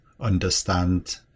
understand